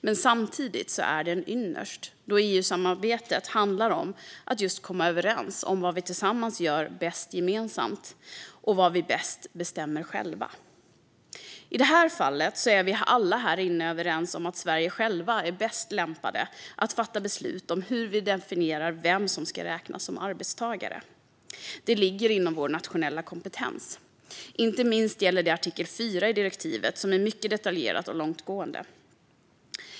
Men samtidigt är det en ynnest eftersom EU-samarbetet handlar just om att komma överens om vad vi bäst gör gemensamt och vad vi bäst bestämmer själva. I det här fallet är vi alla här inne överens om att Sverige självt är bäst lämpat att fatta beslut om hur vi definierar vem som ska räknas som arbetstagare. Det ligger inom vår nationella kompetens. Inte minst gäller det artikel 4 i direktivet, som är mycket detaljerat och långtgående.